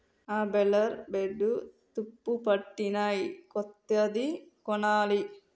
ఆ బేలర్ల బ్లేడ్లు తుప్పుపట్టినయ్, కొత్తది కొనాలి